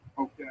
Okay